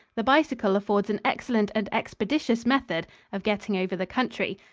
the bicycle affords an excellent and expeditious method of getting over the country,